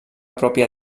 pròpia